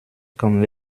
kann